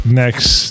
next